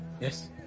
Yes